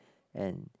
and